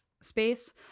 space